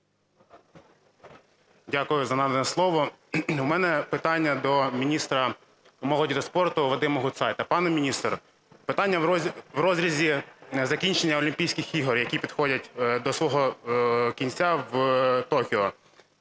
Дякую за надане слово. У мене питання до міністра молоді та спорту Вадима Гутцайта. Пане міністре, питання в розрізі закінчення Олімпійських ігор, які підходять до свого кінця в Токіо.